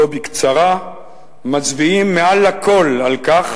לא בקצרה: "מצביעים מעל לכול על כך